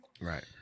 Right